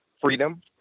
freedom